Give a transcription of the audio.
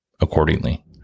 accordingly